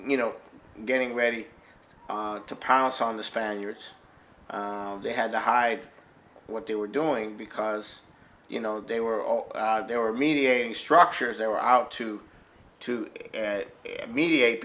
you know getting ready to pounce on the spaniards they had to hide what they were doing because you know they were all they were mediating structures they were out to to mediate